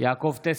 יעקב טסלר,